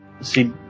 see